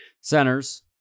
centers